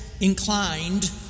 inclined